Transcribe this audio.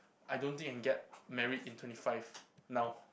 I don't think I can get married in twenty five now